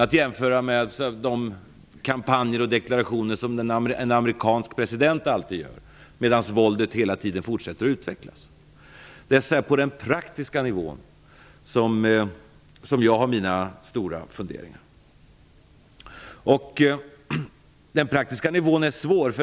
Man kan jämföra med de kampanjer och deklarationer som en amerikansk president alltid gör medan våldet hela tiden fortsätter att utvecklas. Jag har mina stora funderingar när det gäller den praktiska nivån. Den praktiska nivån är svår.